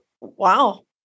wow